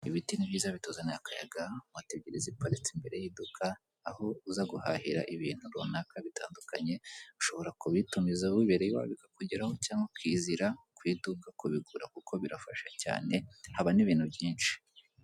Ibiti ni byiza bituzanira akayaga, moto ebyiri ziparitse imbere y'iduka aho uza guhahira ibintu runaka bitandukanye, ushobora kubitumiza wibereye iwawe bikakugeraho cyangwa ukiyizira, ku iduka kubigura kuko birafasha cyane, haba n'ibintu byinshi.